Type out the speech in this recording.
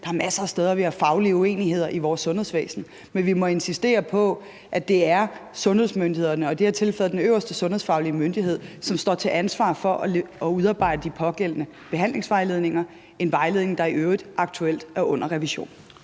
Der er masser af steder, vi har faglige uenigheder i vores sundhedsvæsen, men vi må insistere på, at det er sundhedsmyndighederne – i det her tilfælde den øverste sundhedsfaglige myndighed – som har ansvaret for at udarbejde den pågældende behandlingsvejledning, der i øvrigt aktuelt er under revision.